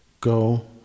Go